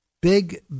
Big